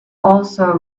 also